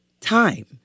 time